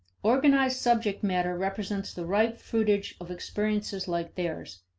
organized subject matter represents the ripe fruitage of experiences like theirs,